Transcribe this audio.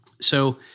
so-